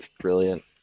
brilliant